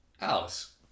Alice